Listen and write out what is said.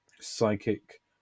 psychic